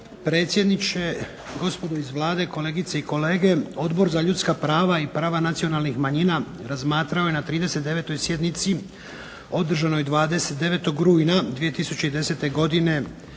predsjedniče, gospodo iz Vlade, kolegice i kolege. Odbor za ljudska prava i prava nacionalnih manjina razmatrao je na 39. sjednici održanoj 29. rujna 2010. godine